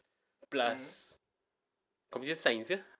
plus computer science ya